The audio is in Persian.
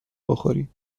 بخوری